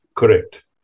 Correct